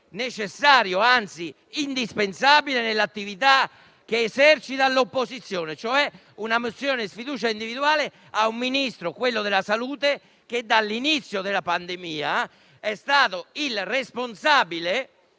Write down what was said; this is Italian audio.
necessario e, anzi, indispensabile nell'attività che esercita l'opposizione, cioè una mozione sfiducia individuale al Ministro della salute che dall'inizio della pandemia è stato il responsabile,